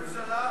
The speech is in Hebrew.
ראש הממשלה,